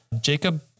Jacob